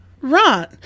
Right